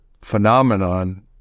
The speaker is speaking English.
phenomenon